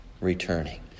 Returning